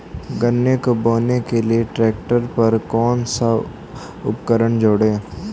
गन्ने को बोने के लिये ट्रैक्टर पर कौन सा उपकरण जोड़ें?